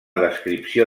descripció